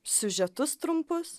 siužetus trumpus